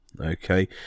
Okay